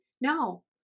No